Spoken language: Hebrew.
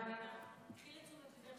קחי לתשומת ליבך